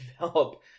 develop